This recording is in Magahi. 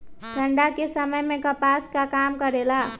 ठंडा के समय मे कपास का काम करेला?